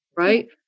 Right